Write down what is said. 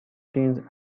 teens